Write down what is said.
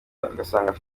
agasanga